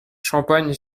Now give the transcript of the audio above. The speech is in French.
champagne